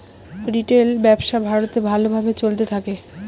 retail ব্যবসা ভারতে ভালো ভাবে চলতে থাকে